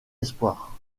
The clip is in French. espoirs